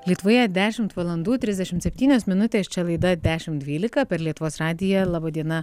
lietuvoje dešimt valandų trisdešim septynios minutės čia laida dešim dvylika per lietuvos radiją laba diena